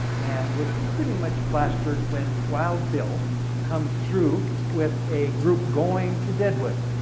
and was pretty much plastered when wild bill comes through with a group going to deadwood.